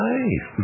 Nice